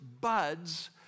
buds